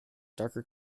darker